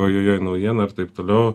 ojojoj naujiena ir taip toliau